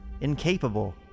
incapable